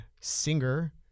singer